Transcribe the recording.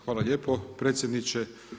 Hvala lijepo predsjedniče.